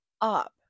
up